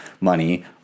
money